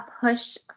push